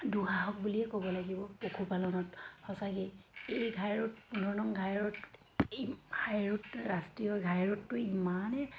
দুঃসাহস বুলিয়ে ক'ব লাগিব পশুপালনত সঁচাকেই এই ঘাই ৰোড পোন্ধৰ নং ঘাই ৰোড এই হাই ৰোড ৰাষ্ট্ৰীয় ঘাই ৰোডটো ইমানে